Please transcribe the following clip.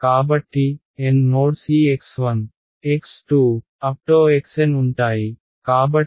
కాబట్టి N nodes ఈ x1 x2